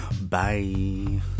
bye